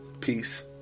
peace